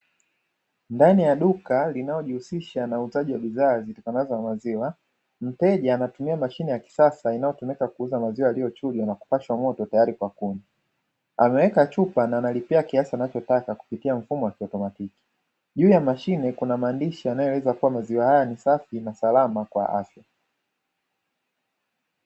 Ndani ya duka linalojihusisha na uuzaji wa bidhaa zitokanazo na maziwa. Mteja anatumia mashine ya kisasa inayotumika kuuza maziwa yaliyochujwa na kupashwa moto tayari kwa kunywa, ameeka chupa na analipia kiasi anachotaka kupitia mfumo wa kiautomatiki juu ya mashine kuna maandishi yanayoeleza kuwa maziwa haya ni safi na salama kwa afya.